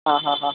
हां हां हां